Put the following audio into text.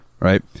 right